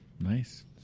Nice